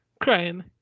crying